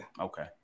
Okay